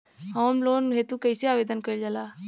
Home loan हेतु कइसे आवेदन कइल जाला?